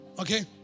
okay